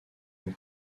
une